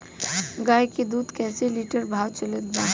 गाय के दूध कइसे लिटर भाव चलत बा?